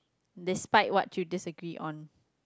despite what you disagree on